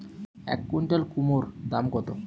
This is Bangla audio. এক কুইন্টাল কুমোড় দাম কত?